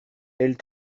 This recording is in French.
elle